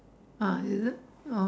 ah is it